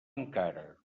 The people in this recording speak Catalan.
encara